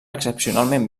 excepcionalment